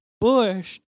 bush